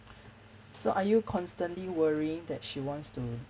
so are you constantly worrying that she wants to